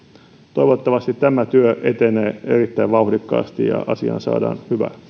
toivottavasti tämä työ etenee erittäin vauhdikkaasti ja asiaan saadaan